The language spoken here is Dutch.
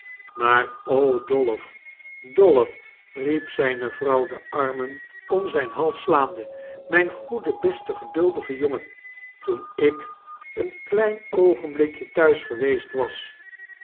maar o dolf dolf riep zijne vrouw de armen om zijn hals slaande mijn goede beste geduldige jongen toen ik een klein oogentolikje thuis geweest was